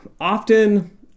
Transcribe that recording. often